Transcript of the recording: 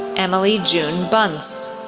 emily june bunce,